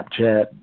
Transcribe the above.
Snapchat